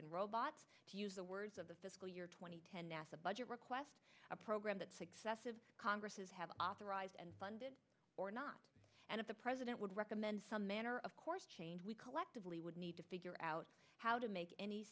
and robots to use the words of the fiscal year two thousand and ten nasa budget request a program that successive congresses have authorized and funded or not and if the president would recommend some manner of course change we collectively would need to figure out how to make any